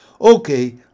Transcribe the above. Okay